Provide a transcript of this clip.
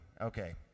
Okay